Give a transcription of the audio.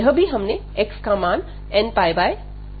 और यह भी हमने x का मान nπy लिया है